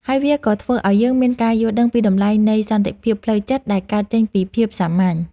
ហើយវាក៏ធ្វើឲ្យយើងមានការយល់ដឹងពីតម្លៃនៃសន្តិភាពផ្លូវចិត្តដែលកើតចេញពីភាពសាមញ្ញ។